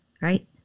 Right